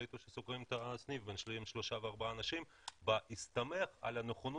יחליטו שסוגרים שאת הסניף בהסתמך על הנכונות